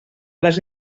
les